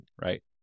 Right